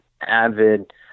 avid